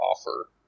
offer